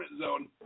zone